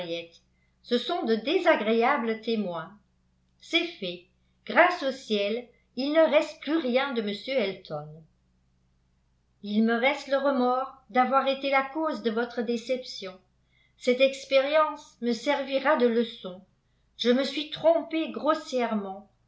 ce sont de désagréables témoins c'est fait grâce au ciel il ne reste plus rien de m elton il me reste le remords d'avoir été la cause de votre déception cette expérience me servira de leçon je me suis trompée grossièrement